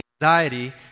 anxiety